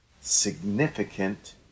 significant